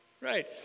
Right